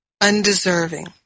undeserving